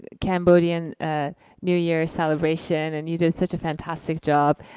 cambodian new year celebration and you did such a fantastic job.